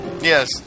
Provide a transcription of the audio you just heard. Yes